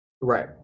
Right